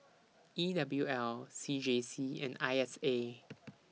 E W L C J C and I S A